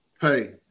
Hey